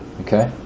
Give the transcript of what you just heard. Okay